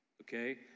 Okay